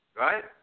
Right